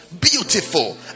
beautiful